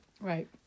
right